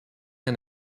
and